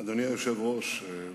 אדוני היושב-ראש,